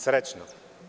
Srećno.